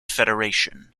federation